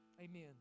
amen